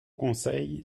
conseil